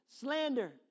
slander